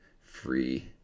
free